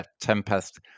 Tempest